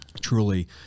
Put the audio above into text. truly